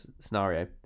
scenario